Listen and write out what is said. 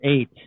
eight